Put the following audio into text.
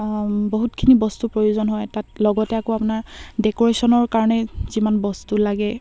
বহুতখিনি বস্তু প্ৰয়োজন হয় তাত লগতে আকৌ আপোনাৰ ডেক'ৰেশ্যনৰ কাৰণে যিমান বস্তু লাগে